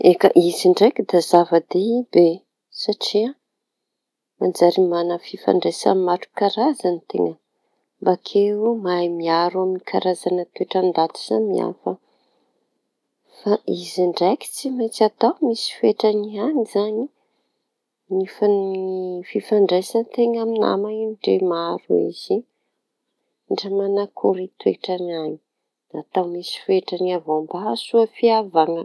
Eka, izy ndraiky da zava-dehibe; manjary mana fifandraisa maro karaza teña, bakeo mahay miaro amin'ny toetra ndaty samihafa. Fa izy ndraiky tsy maintsy atao misy fetrany ihany izañy nef - ny fifandraisan-teña amin'ny nama-dre maro izy ndre manakory toetrany da misy fetrany avao mba ahasoa fihavana.